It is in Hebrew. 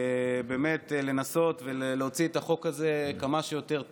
באמת לנסות ולהוציא את החוק הזה כמה שיותר טוב,